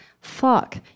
fuck